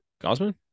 Gosman